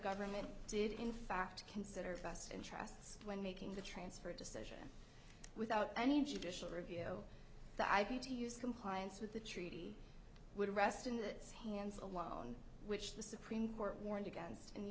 government did in fact consider best interests when making the transfer decision without any judicial review the i p t use compliance with the treaty would rest in the hands alone which the supreme court warned against in the